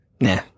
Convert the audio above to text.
Nah